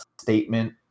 statement